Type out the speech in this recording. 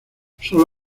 sólo